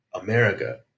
America